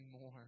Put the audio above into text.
more